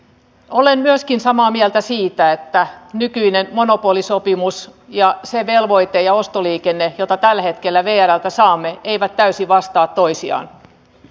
olen myöskin samaa mieltä siitä että nykyinen monopolisopimus ja se velvoite ja ostoliikenne jota tällä hetkellä vrltä saamme eivät täysin vastaa toisiaan